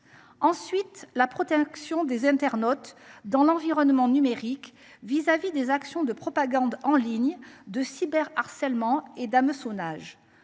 ensuite la protection des internautes dans l’environnement numérique vis à vis des actions de propagande en ligne, de cyberharcèlement et d’hameçonnage.